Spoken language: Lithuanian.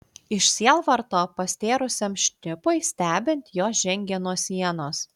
iš sielvarto pastėrusiam šnipui stebint jos žengė nuo sienos